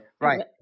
Right